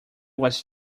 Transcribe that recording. was